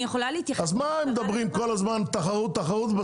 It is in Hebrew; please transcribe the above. התחרות היא